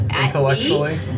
intellectually